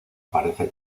parece